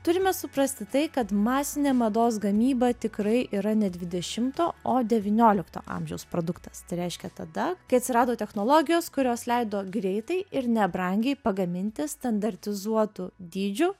turime suprasti tai kad masinė mados gamyba tikrai yra ne dvidešimto o devyniolikto amžiaus produktas tai reiškia tada kai atsirado technologijos kurios leido greitai ir nebrangiai pagaminti standartizuotų dydžių